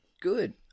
good